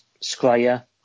Scryer